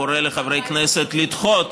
קורא לחברי הכנסת לדחות